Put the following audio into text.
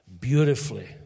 Beautifully